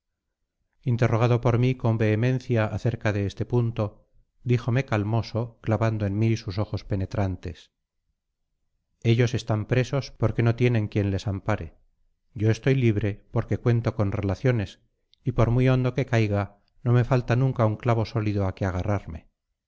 interrogado por mí con vehemencia acerca de este punto díjome calmoso clavando en mí sus ojos penetrantes ellos están presos porque no tienen quien les ampare yo estoy libre porque cuento con relaciones y por muy hondo que caiga no me falta nunca un clavo sólido a que agarrarme